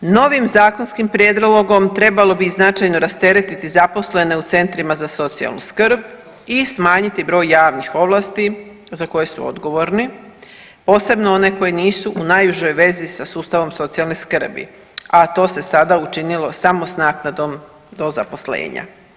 Novim zakonskim prijedlogom trebalo bi značajno rasteretiti zaposlene u centrima za socijalnu skrb i smanjiti broj javnih ovlasti za koje su odgovorni, posebno one koji nisu u najužoj vezi sa sustavom socijalne skrbi, a to se sada učinilo samo s naknadom do zaposlenja.